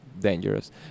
dangerous